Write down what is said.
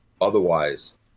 otherwise